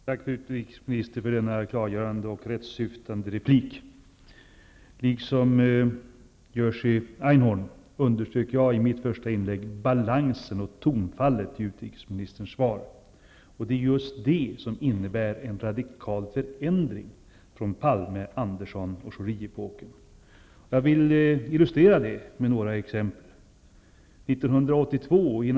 Herr talman! Tack, utrikesministern, för denna klargörande och rättsyftande replik. Liksom Jerzy Einhorn underströk jag i mitt första inlägg balansen och tonfallet i utrikesministerns svar. Det innebär en radikal förändring sedan Palme--Andersson--Schori-epoken. Jag vill illustrera det med några exempel.